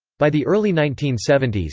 by the early nineteen seventy s,